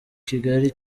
kigali